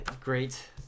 great